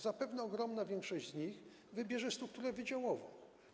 Zapewne ogromna większość z nich wybierze strukturę wydziałową.